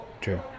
True